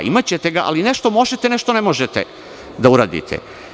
Imaćete ga, ali nešto možete, nešto ne možete da uradite.